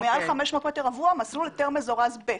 מעל 500 מטרים רבועים, מסלול היתר מזורז ב'.